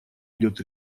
идет